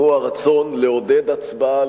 והוא הרצון לעודד הצבעה,